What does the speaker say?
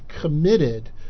committed